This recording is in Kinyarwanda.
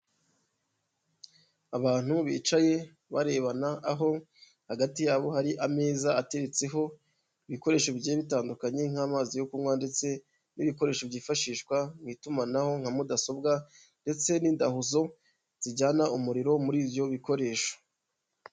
Abantu bicaye barebana, aho hagati yabo hari ameza atetseho ibikoresho bigiye bitandukanye, nk'amazi yo kunywa ndetse n'ibikoresho byifashishwa mu itumanaho nka mudasobwa ndetse n'indahuzo zijyana umuriro muri ibyo bikoresho.